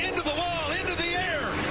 the the wall in the air.